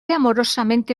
amorosamente